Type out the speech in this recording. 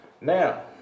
Now